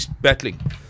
battling